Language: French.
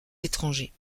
étrangers